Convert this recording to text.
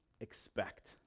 expect